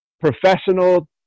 professional